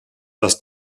das